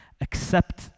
Accept